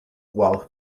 while